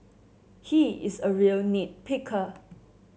he is a real nit picker